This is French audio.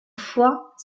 fois